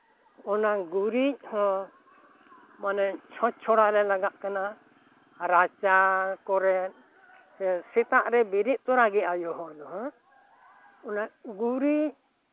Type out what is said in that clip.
ᱚᱱᱟ ᱜᱩᱨᱤᱡᱽ ᱦᱚᱸ ᱢᱟᱱᱮ ᱪᱷᱚᱸᱪ ᱪᱷᱚᱲᱟᱨᱮ ᱞᱟᱜᱟᱜ ᱠᱟᱱᱟ ᱨᱟᱪᱟ ᱠᱚᱨᱮᱜ ᱥᱮ ᱥᱮᱛᱟᱜ ᱨᱮ ᱵᱮᱨᱮᱫ ᱛᱚᱨᱟᱜᱮ ᱟᱭᱳ ᱦᱚᱲ ᱦᱚᱸ ᱚᱱᱟ ᱜᱩᱨᱤᱡᱽ